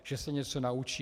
Že se něco naučí.